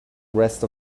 rest